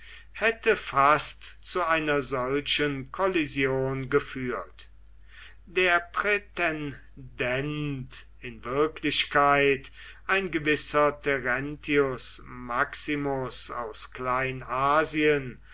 hätte fast zu einer solchen kollision geführt der prätendent in wirklichkeit ein gewisser terentius maximus aus